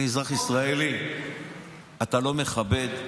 אני אזרח ישראלי, אתה לא מכבד.